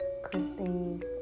Christine